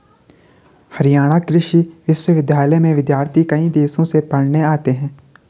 हरियाणा कृषि विश्वविद्यालय में विद्यार्थी कई देशों से पढ़ने आते हैं